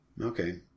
Okay